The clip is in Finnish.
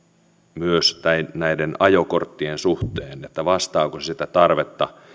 myös näiden ajokorttien suhteen että vastaako se sitä tarvetta